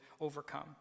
overcome